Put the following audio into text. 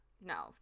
No